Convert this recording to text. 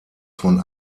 von